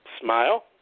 Smile